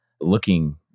looking